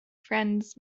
friends